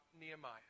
Nehemiah